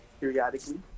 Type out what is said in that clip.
periodically